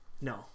No